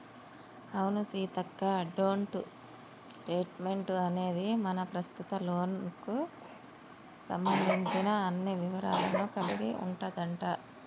అవును సీతక్క డోంట్ స్టేట్మెంట్ అనేది మన ప్రస్తుత లోన్ కు సంబంధించిన అన్ని వివరాలను కలిగి ఉంటదంట